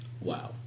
Wow